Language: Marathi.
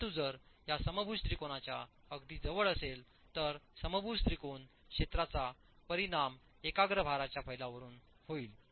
परंतु जर या समभुज त्रिकोणाच्या अगदी जवळ असेल तर समभुज त्रिकोण क्षेत्राचा परिणाम एकाग्र भाराच्या फैलावरून होईल